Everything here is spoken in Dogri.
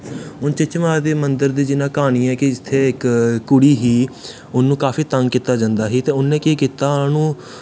हून चीची माता दे मन्दर दी जियां क्हानी ऐ कि इत्थै इक्क कुड़ी ही उन्नू काफी तंग कीता जंदा ही ते उने केह् कीता उनां नू